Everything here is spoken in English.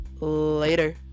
later